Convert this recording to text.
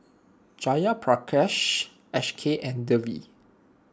Jayaprakash Akshay and Devi